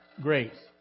grace